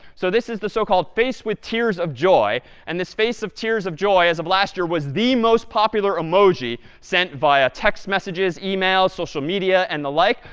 so this is the so-called face with tears of joy. and this face of tears of joy, as of last year, was the most popular emoji sent via text messages, emails, social media, and the like.